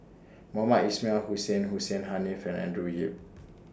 Mohamed Ismail Hussain Hussein Haniff and Andrew Yip